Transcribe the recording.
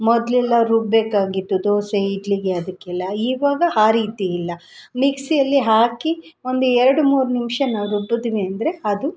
ಮೊದಲೆಲ್ಲ ರುಬ್ಬೇಕಾಗಿತ್ತು ದೋಸೆ ಇಡ್ಲಿಗೆ ಅದಕ್ಕೆಲ್ಲ ಇವಾಗ ಆ ರೀತಿ ಇಲ್ಲ ಮಿಕ್ಸಿಯಲ್ಲಿ ಹಾಕಿ ಒಂದು ಎರಡು ಮೂರು ನಿಮಿಷ ನಾವು ರುಬ್ಬಿದ್ವಿ ಅಂದರೆ ಅದು